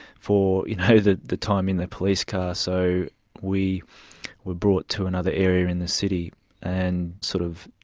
for you know the the time in the police car. so we were brought to another area in the city and sort of